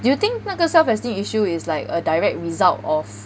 do you think 那个 self esteem issue is like a direct result of